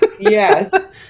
yes